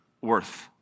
worth